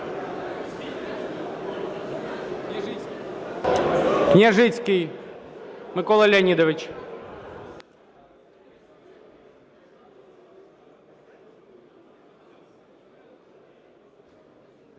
Княжицький Микола Леонідович.